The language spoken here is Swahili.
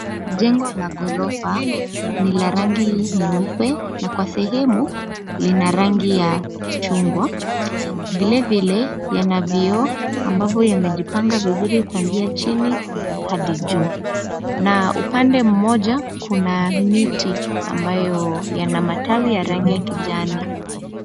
Jengo la ghorofa, ni la rangi nyeupe, na kwa sehemu lina rangi ya chungwa. Vilevile yanavyo, ambavyo yamejipanga vizuri kuanzia chini hadi juu. Na upande mmoja, kuna miti ambayo yana matawi ya rangi ya kijani.